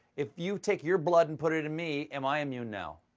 if you take your blood and put it in me, am i immune now?